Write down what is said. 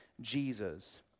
Jesus